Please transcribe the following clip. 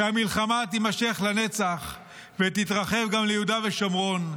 שהמלחמה תימשך לנצח ותתרחב גם ליהודה ושומרון,